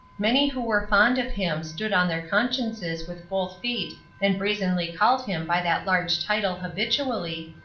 many who were fond of him stood on their consciences with both feet and brazenly called him by that large title habitually,